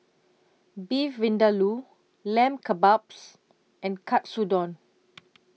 Beef Vindaloo Lamb Kebabs and Katsudon